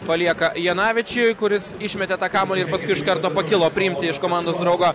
palieka janavičiui kuris išmetė tą kamuolį ir iš karto pakilo priimti iš komandos draugo